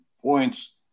points